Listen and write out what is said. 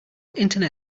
internet